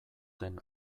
den